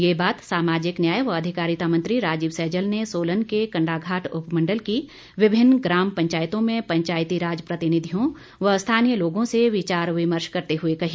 ये बात सामाजिक न्याय एवं अधिकारिता मंत्री राजीव सैजल ने सोलन के कंडाघाट उपमंडल की विभिन्न ग्राम पंचायतों में पंचायतीराज प्रतिनिधियों व स्थानीय लोगों से विचार विमर्श करते हुए कही